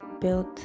built